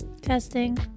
testing